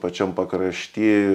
pačiam pakrašty